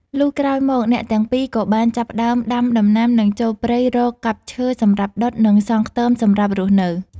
លុះក្រោយមកអ្នកទាំងពីរក៏បានចាប់ផ្ដើមដាំដំណាំ និងចូលព្រៃរកកាប់ឈើសម្រាប់ដុត និងសង់ខ្ទមសម្រាប់រស់នៅ។